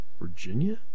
Virginia